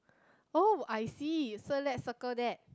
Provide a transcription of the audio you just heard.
oh I see so let's circle that